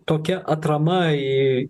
tokia atrama į